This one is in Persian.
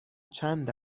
چند